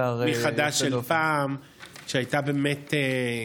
מתחייב לשמור אמונים למדינת ישראל ולמלא באמונה את שליחותי בכנסת".